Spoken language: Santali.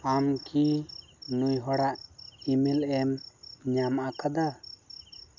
ᱟᱢ ᱠᱤ ᱱᱩᱭ ᱦᱚᱲᱟᱜ ᱤᱢᱮᱞ ᱮᱢ ᱧᱟᱢ ᱟᱠᱟᱫᱟ